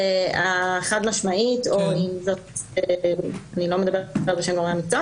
החד משמעית ואני לא מדברת בשם גורמי המקצוע